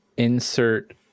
Insert